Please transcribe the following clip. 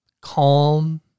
calm